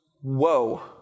Whoa